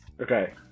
Okay